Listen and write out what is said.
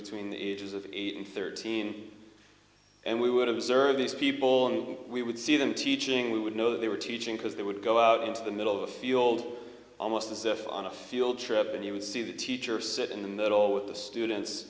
between the ages of eight and thirteen and we would observe these people and we would see them teaching we would know that they were teaching because they would go out into the middle of a few old almost as if on a field trip and you would see the teacher sit in the middle with the students